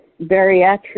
bariatric